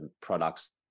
products